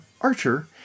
archer